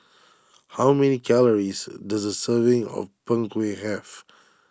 how many calories does a serving of Png Kueh have